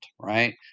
right